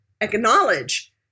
acknowledge